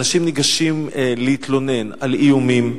אנשים ניגשים להתלונן על איומים,